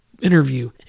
interview